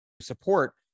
support